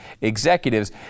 executives